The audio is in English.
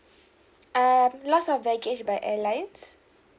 um loss of baggage by airlines